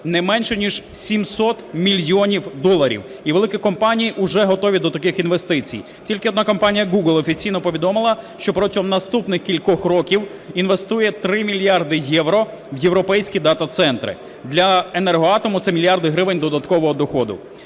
не менше ніж 700 мільйонів доларів. І великі компанії уже готові до таких інвестицій, тільки одна компанія Google офіційно повідомила, що протягом наступних кількох років інвестує 3 мільярди євро в європейські дата-центри. Для "Енергоатому" це мільярди гривень додаткового доходу.